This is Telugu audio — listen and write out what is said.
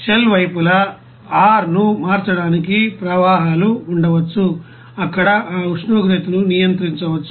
షెల్ వైపులా R ను మార్చడానికి ప్రవాహాలు ఉండవచ్చు అక్కడ ఆ ఉష్ణోగ్రతను నియంత్రించవచ్చు